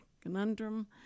conundrum